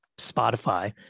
Spotify